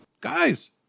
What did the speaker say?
guys